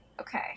Okay